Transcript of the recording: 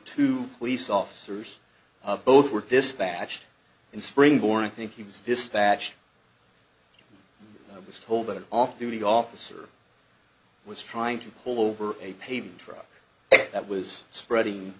two police officers of both were dispatched in springboard to think he was dispatched i was told that an off duty officer was trying to pull over a paved truck that was spreading